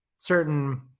certain